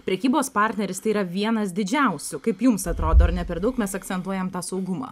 prekybos partneris tai yra vienas didžiausių kaip jums atrodo ar ne per daug mes akcentuojam tą saugumą